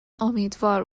امیدوار